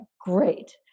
great